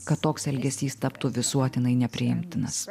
kad toks elgesys taptų visuotinai nepriimtinas